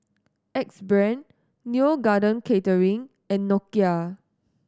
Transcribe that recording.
Axe Brand Neo Garden Catering and Nokia